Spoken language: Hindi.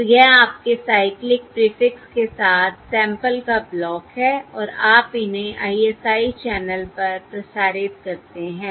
तो यह आपके साइक्लिक प्रीफिक्स के साथ सैंपल्स का ब्लॉक है और आप इन्हें ISI चैनल पर प्रसारित करते हैं